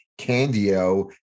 Candio